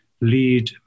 lead